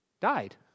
died